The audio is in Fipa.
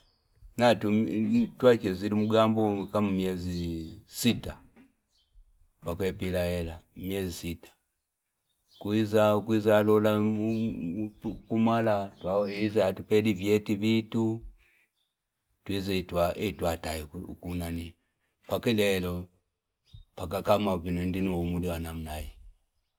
Na tuwache zirumugambu kamu miezi sita, wakoe pila hela, miezi sita. Kuhiza, kuhiza alola kumala, tuwaheza atupedi vieti bitu, tuweze ituwa, etuwa tayo hukunani. Wakile helo, waka kamu wakini ndini wumuja na mnaye.